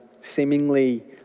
seemingly